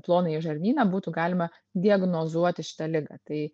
plonąjį žarnyną būtų galima diagnozuoti šitą ligą tai